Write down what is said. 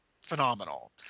phenomenal